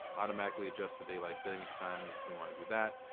automatically adjust for daylight savings time? yes, we wanna do that,